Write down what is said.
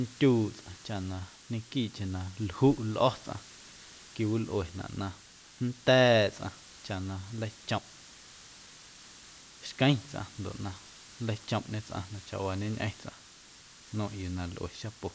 nndyuuꞌ tsꞌaⁿ chaꞌ na ñequiiꞌcheⁿ na ljuꞌ lꞌo̱ tsꞌaⁿ, quiwilꞌuenaꞌ na nnda̱a̱ꞌ tsꞌaⁿ chaꞌ na nleichomꞌ xqueⁿ tsꞌaⁿ ndoꞌ na nleichomꞌñe tsꞌaⁿ na chawaañeñꞌeⁿ tsꞌaⁿ, nmeiⁿꞌ yuu na lꞌue xapo.